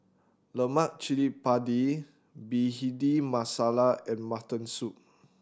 Lemak Cili Padi Bhindi Masala and mutton soup